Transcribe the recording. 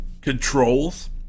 controls